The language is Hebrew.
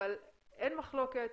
אבל אין מחלוקת,